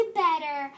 better